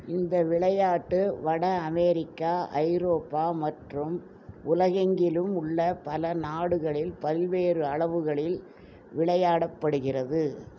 இந்த விளையாட்டு வட அமெரிக்கா ஐரோப்பா மற்றும் உலகெங்கிலும் உள்ள பல நாடுகளில் பல்வேறு அளவுகளில் விளையாடப்படுகிறது